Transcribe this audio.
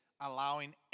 allowing